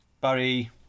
Barry